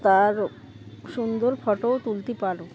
তার সুন্দর ফটোও তুলতে পারো